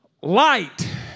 light